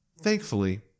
Thankfully